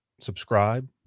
subscribe